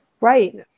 Right